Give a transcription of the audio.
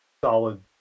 solid